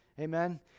Amen